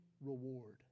reward